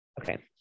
Okay